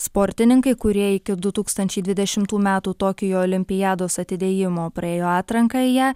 sportininkai kurie iki du tūkstančiai dvidešimtų metų tokijo olimpiados atidėjimo praėjo atranką į ją